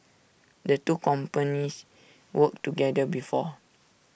the two companies worked together before